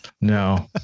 No